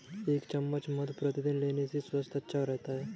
एक चम्मच मधु प्रतिदिन लेने से स्वास्थ्य अच्छा रहता है